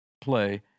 play